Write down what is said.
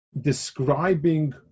Describing